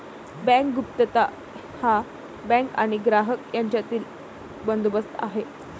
bank गुप्तता हा bank आणि ग्राहक यांच्यातील बंदोबस्त आहे